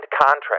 contract